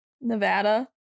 Nevada